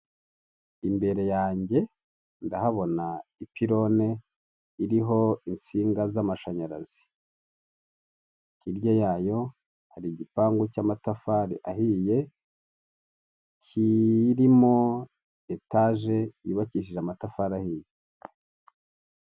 Imbere yange ndahabona ipirone iriho insinga z'amashanyarazi, hirya yayo hari igipangu cy'amatafari ahiye kirimo etaje yubakishije amatafari ahiye.